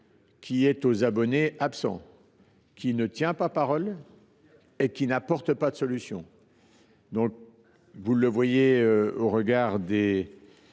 aux abonnés absents, qui ne tient pas parole et n’apporte pas de solution. Vous le voyez au regard de